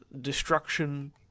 Destruction